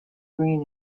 green